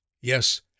Yes